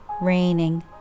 raining